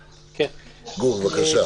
בבקשה.